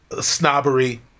snobbery